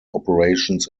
operations